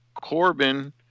Corbin